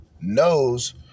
knows